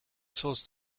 source